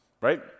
right